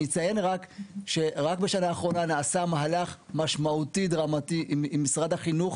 אני אציין שרק בשנה האחרונה נעשה מהלך משמעותי דרמטי עם משרד החינוך